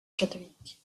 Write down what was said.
catholique